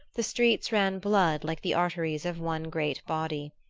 the streets ran blood like the arteries of one great body.